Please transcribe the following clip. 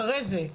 אחרי זה,